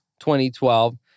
2012